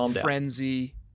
frenzy